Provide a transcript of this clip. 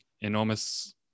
enormous